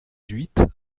huit